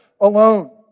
alone